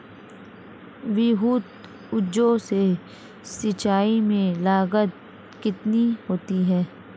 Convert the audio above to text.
विद्युत ऊर्जा से सिंचाई में लागत कितनी होती है?